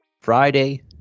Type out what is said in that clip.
Friday